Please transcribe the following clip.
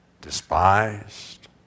despised